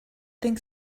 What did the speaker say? think